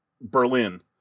Berlin